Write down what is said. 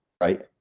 right